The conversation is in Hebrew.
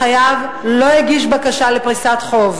החייב לא הגיש בקשה לפריסת חוב,